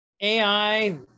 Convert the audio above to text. AI